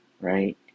right